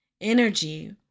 Energy